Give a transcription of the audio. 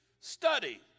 study